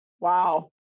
Wow